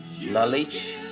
knowledge